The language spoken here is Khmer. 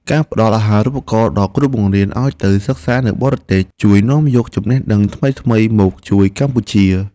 ការផ្តល់អាហារូបករណ៍ដល់គ្រូបង្រៀនឱ្យទៅសិក្សានៅបរទេសជួយនាំយកចំណេះដឹងថ្មីៗមកជួយកម្ពុជា។